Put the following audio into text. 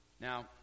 Now